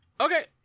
Okay